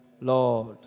Lord